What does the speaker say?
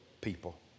people